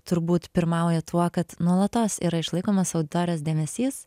turbūt pirmauja tuo kad nuolatos yra išlaikomas auditorijos dėmesys